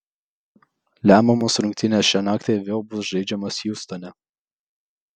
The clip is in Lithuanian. lemiamos rungtynės šią naktį vėl bus žaidžiamos hjustone